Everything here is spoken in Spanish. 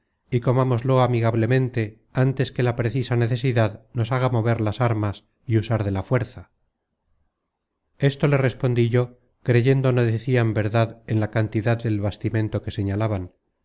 y comámoslo amigablemente antes que la precisa necesidad nos haga mover las armas y usar de la fuerza esto le respondi yo creyendo no decian verdad en la cantidad del bastimento que señalaban